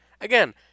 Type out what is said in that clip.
Again